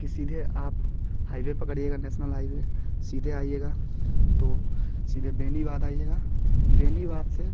कि सीथे आप हाईवे पकड़िएगा नेशनल हाईवे सीधे आइएगा तो सीधे बेनीवाद आइएगा बेनिवाद से